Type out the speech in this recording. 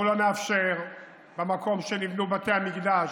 אנחנו לא נאפשר זאת במקום שנבנו בתי המקדש,